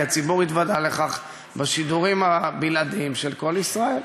כי הציבור התוודע לכך בשידורים הבלעדיים של "קול ישראל"